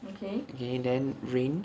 okay then rained